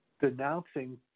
denouncing